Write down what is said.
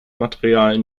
material